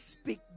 speak